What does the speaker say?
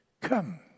Come